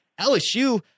LSU